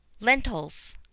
LENTILS